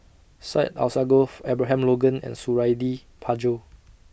Syed Alsagoff Abraham Logan and Suradi Parjo